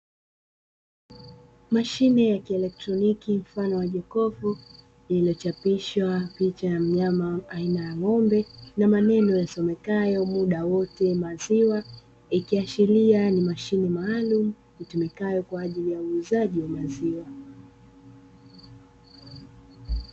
Mashine ya kielektroniki mfano wa jokovu iliyochapishwa picha ya mnyama aina ya ng'ombe na maneno yasomekayo "muda wote maziwa". Ikiashiria ni mashine maalumu itumikayo kwa ajili ya uuzaji wa maziwa.